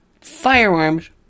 firearms